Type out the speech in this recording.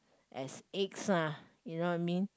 as eggs [ah]you know what I mean